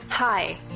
Hi